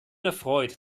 erfreut